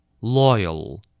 Loyal